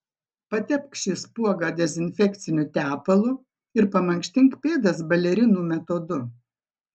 patepk šį spuogą dezinfekciniu tepalu ir pamankštink pėdas balerinų metodu